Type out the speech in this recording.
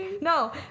No